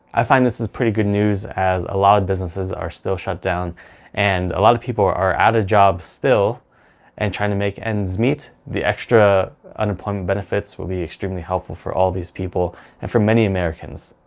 i find this is pretty good news as a lot of businesses are still shut down and a lot of people are are out of a job still and trying to make ends meet. the extra unemployment benefits will be extremely helpful for all these people and for many americans.